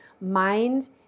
mind